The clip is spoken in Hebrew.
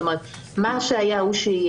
זאת אומרת, מה שהיה, הוא שיהיה.